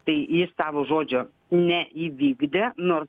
tai jis savo žodžio neįvykdė nors